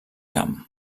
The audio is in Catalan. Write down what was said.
camp